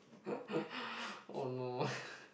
oh no